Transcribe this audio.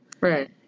Right